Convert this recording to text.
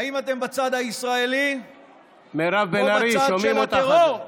האם אתם בצד הישראלי או בצד של הטרור?